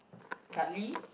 partly